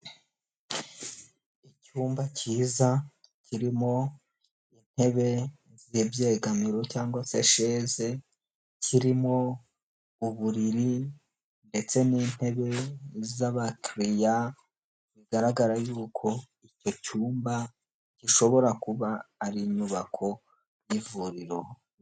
Icyumba cyiza kirimo intebe ndabyegamiro cyangwa se sheze kirimo uburiri ndetse n'intebe z'abakiriya bigaragara y'uko icyo cyumba gishobora kuba ari inyubako y'ivuriro.